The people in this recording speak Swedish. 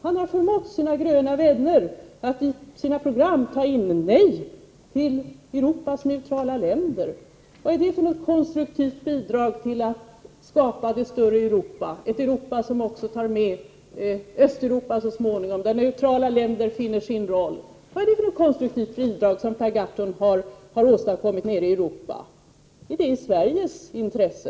Han har förmått sina gröna vänner att ta in ett nej till Europas neutrala länder i sina program. Vad är det för ett konstruktivt bidrag till att skapa ett större Europa, ett Europa som så småningom också kommer att innefatta Östeuropa och där neutrala länder finner sin roll? Vad är det för ett konstruktivt bidrag som Per Gahrton har åstadkommit nere i Europa? Är det i Sveriges intresse?